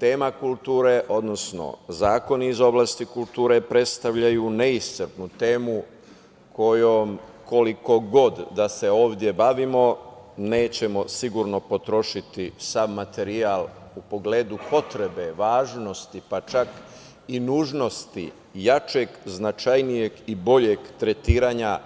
Tema kultura, odnosno zakoni iz oblasti kulture predstavljaju neiscrpnu temu kojom koliko god da se ovde bavimo nećemo sigurno potrošiti sav materijal u pogledu potreba važnosti, pa čak i nužnosti jačeg, značajnijeg i boljeg tretiranja